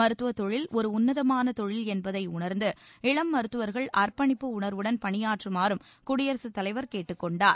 மருத்துவத் தொழில் ஒரு உன்னதமான தொழில் என்பதை உணர்ந்து இளம் மருத்துவர்கள் அர்ப்பணிப்பு உணர்வுடன் பணியாற்றுமாறும் குடியரசு தலைவர் கேட்டுக் கொண்டார்